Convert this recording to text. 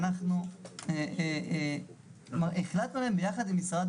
אנחנו מתכוונים להוסיף כסף.